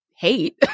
hate